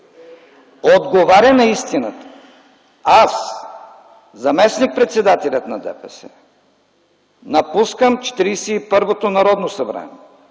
отговаря на истината, аз, заместник-председателят на ДПС, напускам 41-то Народно събрание.